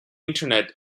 internet